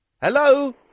Hello